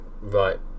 right